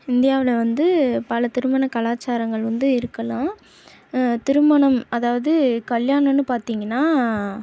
இந்தியாவில் வந்து பல திருமண கலாச்சாரங்கள் வந்து இருக்கலாம் திருமணம் அதாவது கல்யாணம்னு பார்த்திங்கன்னா